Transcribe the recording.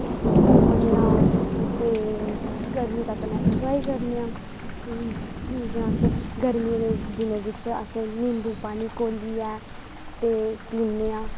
घुमनेआं ते गर्मी दा कन्नै इंजाय करनेआं जां अस गर्मियें बिच्च निम्बू पानी घोलियै ते पीनेआं